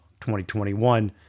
2021